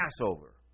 Passover